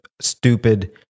stupid